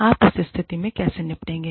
आप उस स्थिति से कैसे निपटेंगे